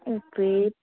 okay